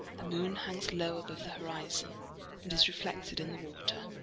the moon hangs low above the horizon and is reflected in the water.